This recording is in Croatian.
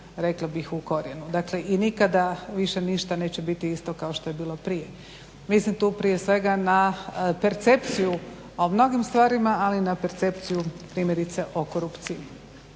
rekla bih u korijenu, dakle i nikada više ništa neće biti isto kao što je bilo prije. Mislim tu prije svega na percepciju u mnogim stvarima, ali na percepciju primjerice o korupciji